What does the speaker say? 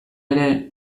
ere